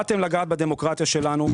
באתם לגעת בדמוקרטיה שלנו,